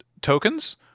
tokens